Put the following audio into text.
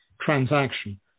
transaction